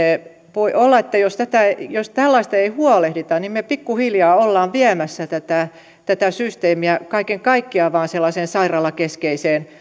voi olla että jos tällaisesta ei huolehdita niin me pikkuhiljaa olemme viemässä tätä tätä systeemiä kaiken kaikkiaan vain sellaiseen sairaalakeskeiseen